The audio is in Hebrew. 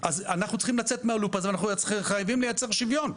אז אנחנו צריכים לצאת מהלופ הזה ואנחנו חייבים לייצר שוויון.